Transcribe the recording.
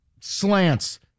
slants